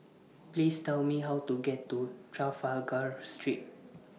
Please Tell Me How to get to Trafalgar Street